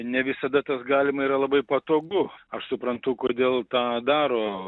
ne visada tas galima yra labai patogu aš suprantu kodėl tą daro